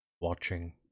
watching